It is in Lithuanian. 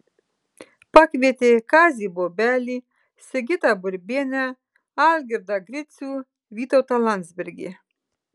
pakvietė kazį bobelį sigitą burbienę algirdą gricių vytautą landsbergį